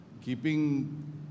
Keeping